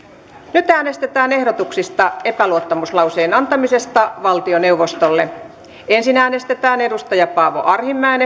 nyt äänestetään ehdotuksista epäluottamuslauseen antamiseksi valtioneuvostolle ensin äänestetään paavo arhinmäen